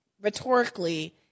rhetorically